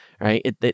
Right